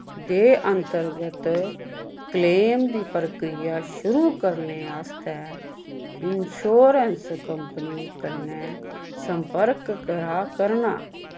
दे अन्तर्गत क्लेम दी प्रक्रिया शुरू करने आस्तै इंशोरैंस कंपनी कन्नै संपर्क करा करनां